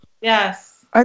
Yes